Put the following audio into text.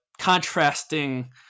contrasting